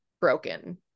broken